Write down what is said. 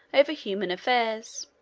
over human affairs